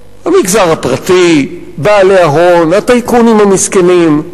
המגזר הפרטי, בעלי ההון, הטייקונים המסכנים,